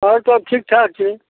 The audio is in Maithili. आओर सब ठीकठाक छै